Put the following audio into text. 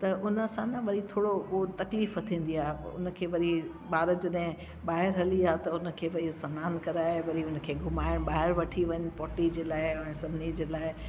त उन सां न वरी थोरो उहा तकलीफ़ थींदी आ्हे हुन खे वरी ॿार जॾहिं ॿाहिरि हली विया त हुन खे भई सनान कराये वरी हुन खे घुमाइण ॿाहिरि वठी वञु पोटी जे लाइ ऐं सभिनी जे लाइ